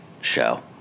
show